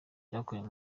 yakoreye